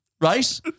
right